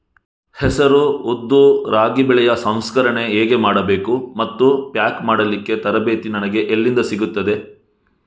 ಹೆಸರು, ಉದ್ದು, ರಾಗಿ ಬೆಳೆಯ ಸಂಸ್ಕರಣೆ ಹೇಗೆ ಮಾಡಬೇಕು ಮತ್ತು ಪ್ಯಾಕ್ ಮಾಡಲಿಕ್ಕೆ ತರಬೇತಿ ನನಗೆ ಎಲ್ಲಿಂದ ಸಿಗುತ್ತದೆ?